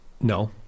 No